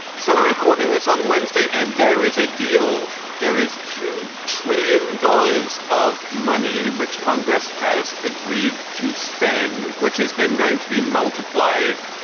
so we're recording this on wednesday and there is a deal there is two trillion dollars of money which congress has agreed to spend, which is then going to be multiplied,